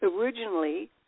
originally